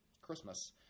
Christmas